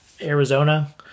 Arizona